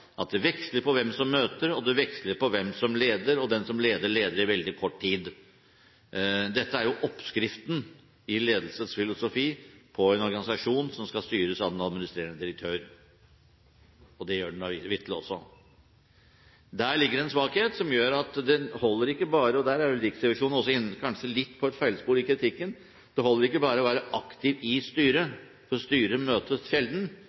at styrene er slik sammensatt at det veksler på hvem som møter, og det veksler på hvem som leder, og den som leder, leder veldig kort tid. Dette er oppskriften i ledelsesfilosofi på en organisasjon som skal styres av en administrerende direktør, og det blir den da vitterlig også. Der ligger det en svakhet som gjør at det holder ikke – og der er kanskje Riksrevisjonen også litt inne på et feilspor i kritikken – bare å være aktiv i styret, for styret møtes